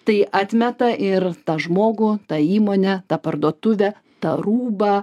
tai atmeta ir tą žmogų tą įmonę tą parduotuvę tą rūbą